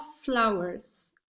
flowers